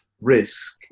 risk